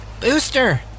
Booster